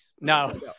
No